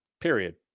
period